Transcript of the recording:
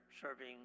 serving